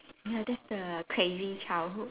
ya that's the crazy childhood